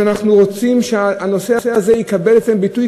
אנחנו רוצים שהנושא הזה יקבל אצלם ביטוי,